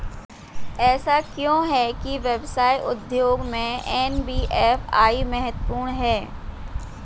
ऐसा क्यों है कि व्यवसाय उद्योग में एन.बी.एफ.आई महत्वपूर्ण है?